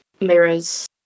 mirrors